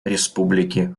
республики